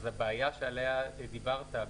הבעיה שעליה דיברת,